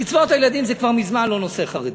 קצבאות הילדים זה כבר מזמן לא נושא חרדי.